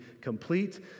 complete